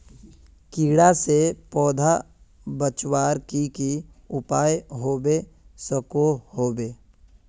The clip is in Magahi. कीड़ा से पौधा बचवार की की उपाय होबे सकोहो होबे?